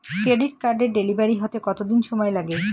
Credit কার্ডের delivery হতে কতদিন সময় লাগে?